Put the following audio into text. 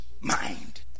mind